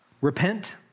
Repent